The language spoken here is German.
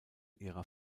ihrer